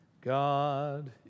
God